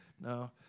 No